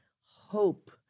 hope